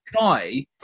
guy